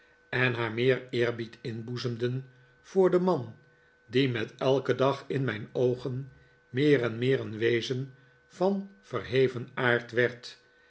en haar meer eerbied inboezemden voor den man die met elken dag in mijn oogen meer en meer een wezen van verheven aard werd